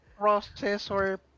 processor